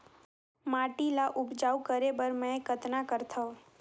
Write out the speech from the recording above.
माटी ल उपजाऊ करे बर मै कतना करथव?